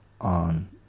on